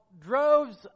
droves